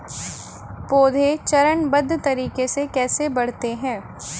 पौधे चरणबद्ध तरीके से कैसे बढ़ते हैं?